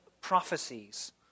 prophecies